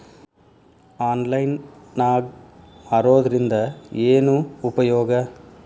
Online ನಾಗ್ ಮಾರೋದ್ರಿಂದ ಏನು ಉಪಯೋಗ?